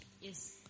Yes